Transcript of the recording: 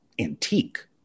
antique